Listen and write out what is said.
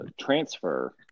transfer